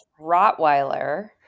Rottweiler